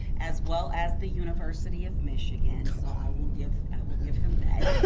as well as the university of michigan, so i will give will give him that.